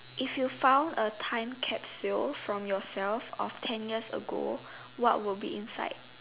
if you found a time capsule from yourself of ten years ago what will be inside